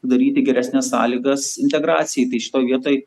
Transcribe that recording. daryti geresnes sąlygas integracijai tai šitoj vietoj